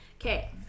Okay